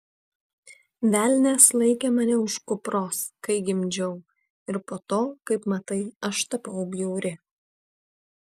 velnias laikė mane už kupros kai gimdžiau ir po to kaip matai aš tapau bjauri